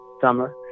summer